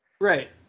Right